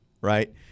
right